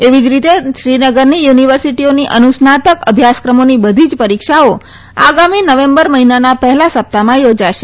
એવી જ રીતે શ્રીનગરની યુનિવર્સિટીઓની અનુસ્નાતક અભ્યાસક્રમોની બધી જ પરીક્ષાઓ આગામી નવેમ્બર મહિનાના પહેલા સપ્તાહમાં યોજાશે